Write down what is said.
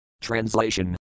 Translation